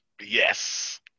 Yes